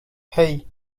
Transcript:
hey